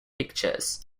pictures